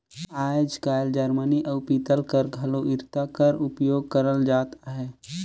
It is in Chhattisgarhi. आएज काएल जरमनी अउ पीतल कर घलो इरता कर उपियोग करल जात अहे